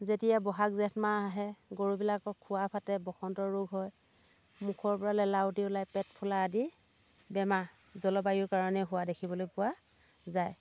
যেতিয়া ব'হাগ জেঠ মাহ আহে গৰুবিলাকৰ খুৰা ফাটে বসন্ত ৰোগ হয় মুখৰ পৰা লেলাৱতি ওলাই পেট ফুলা আদি বেমাৰ জলবায়ুৰ কাৰণে হোৱা দেখিবলৈ পোৱা যায়